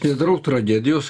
nedarau tragedijos